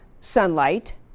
sunlight